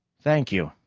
thank you,